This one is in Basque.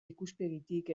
ikuspegitik